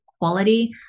quality